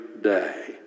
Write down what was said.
day